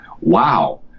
wow